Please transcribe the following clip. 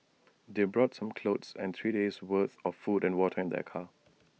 they brought some clothes and three days' worth of food and water in their car